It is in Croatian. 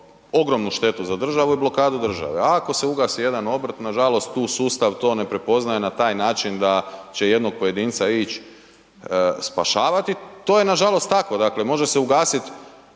ogromno štetu za državu i blokadu države, a ako se ugasi jedan obrt nažalost tu sustav to ne prepoznaje na taj način da će jednog pojedinca ići spašavati, to je nažalost tako. Dakle, može se ugasit